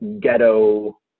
ghetto